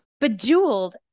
Bejeweled